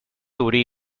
obrir